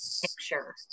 picture